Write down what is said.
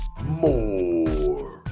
more